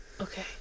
Okay